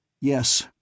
Yes